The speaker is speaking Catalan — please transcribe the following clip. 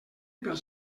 pel